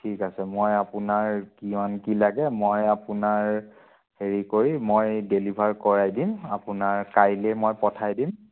ঠিক আছে মই আপোনাৰ কিমান কি লাগে মই আপোনাৰ হেৰি কৰি মই ডেলিভাৰ কৰাই দিম আপোনাৰ কাইলৈ মই পঠাই দিম